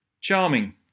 Charming